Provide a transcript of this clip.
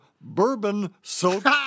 bourbon-soaked